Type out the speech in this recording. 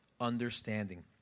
understanding